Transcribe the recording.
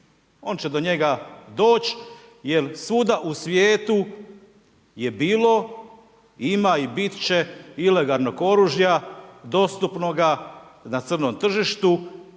on će do njega doći jer svuda u svijetu je bilo, ima i bit će ilegalnog oružja dostupnoga na crnom tržištu.